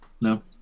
No